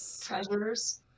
treasures